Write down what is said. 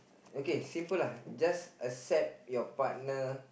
okay simple lah just accept your partner